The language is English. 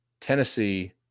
Tennessee